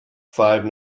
five